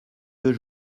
deux